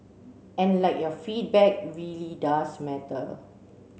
and like your feedback really does matter